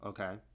Okay